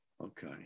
Okay